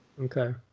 okay